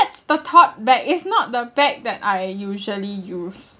that's the tote bag it's not the bag that I usually use